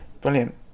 Brilliant